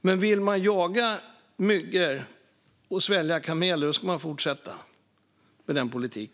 Men vill man sila mygg och svälja kameler ska man fortsätta med denna politik.